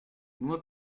nur